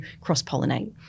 cross-pollinate